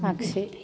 आगसि